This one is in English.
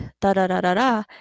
da-da-da-da-da